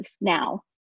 now